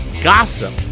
Gossip